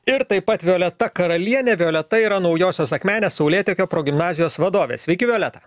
ir taip pat violeta karalienė violeta yra naujosios akmenės saulėtekio progimnazijos vadovė sveiki violeta